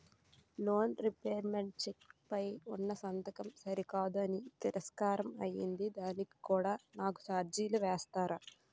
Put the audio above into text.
Loan repayment cheque పై ఉన్నా సంతకం సరికాదు అని తిరస్కారం అయ్యింది దానికి కూడా నాకు ఛార్జీలు వేస్తారా?